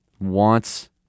wants